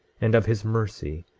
and of his mercy,